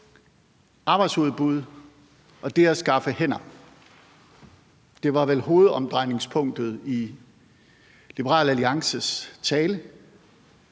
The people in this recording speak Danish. arbejdsudbud og det at skaffe hænder. Det var vel hovedomdrejningspunktet i Liberal Alliances tale,